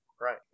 Right